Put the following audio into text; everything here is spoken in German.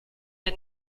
der